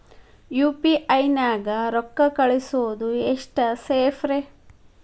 UPI ನ್ಯಾಗ ರೊಕ್ಕ ಕಳಿಸೋದು ಎಷ್ಟ ಸೇಫ್ ರೇ?